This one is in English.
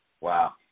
Wow